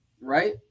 Right